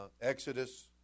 Exodus